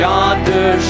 Yonder